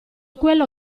quello